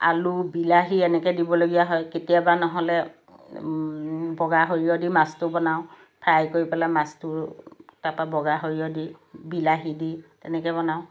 আলু বিলাহী এনেকৈ দিবলগীয়া হয় কেতিয়াবা নহ'লে বগা সৰিয়হ দি মাছটো বনাওঁ ফ্ৰাই কৰি পেলাই মাছটো তাৰপা বগা সৰিয়হ দি বিলাহী দি তেনেকৈ বনাওঁ